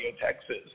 Texas